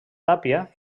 tàpia